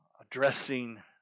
addressing